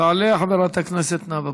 תעלה חברת הכנסת נאוה בוקר,